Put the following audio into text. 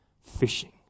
fishing